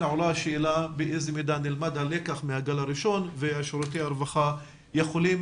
עולה השאלה באיזו מידה נלמד הלקח מהגל הראשון ושירותי הרווחה יכולים